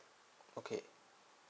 okay